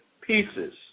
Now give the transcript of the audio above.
pieces